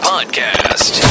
Podcast